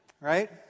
right